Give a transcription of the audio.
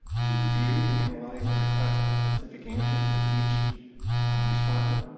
we reviewed, analyzed and requested specific answers of each respondent,